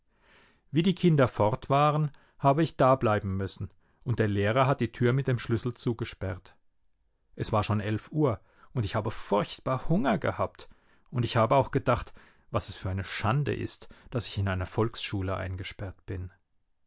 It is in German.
wie die kinder fort waren habe ich dableiben müssen und der lehrer hat die tür mit dem schlüssel zugesperrt es war schon elf uhr und ich habe furchtbar hunger gehabt und ich habe auch gedacht was es für eine schande ist daß ich in einer volksschule eingesperrt bin